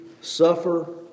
suffer